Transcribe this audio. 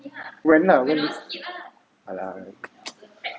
when lah when is !alah! like